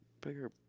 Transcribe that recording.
bigger